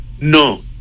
No